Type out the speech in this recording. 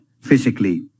physically